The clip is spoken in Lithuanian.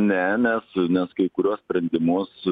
ne mes nes kai kuriuos sprendimus